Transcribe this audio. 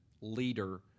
leader